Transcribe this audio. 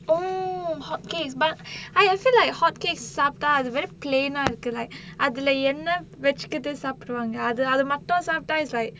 oh hotcakes but I feel like hotcakes சாப்டா அது:saaptaa athu very plain ah இருக்கு:irukku like அதுல என்ன வச்சிக்கிட்டு சாப்பிடுவாங்க அது அது மட்டும் சாப்டா:athula enna vachikkittu saappiduvaanga athu athu mattum saapttaa it's like